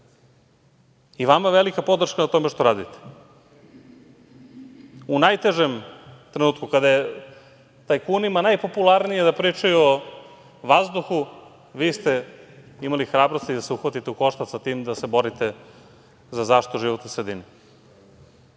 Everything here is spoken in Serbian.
velika podrška na tome što radite. U najtežem trenutku, kada je tajkunima najpopularnije da pričaju o vazduhu, vi ste imali hrabrosti da se uhvatite u koštac sa tim da se borite za zaštitu životne